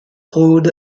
road